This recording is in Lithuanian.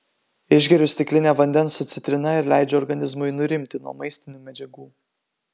išgeriu stiklinę vandens su citrina ir leidžiu organizmui nurimti nuo maistinių medžiagų